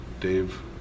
Dave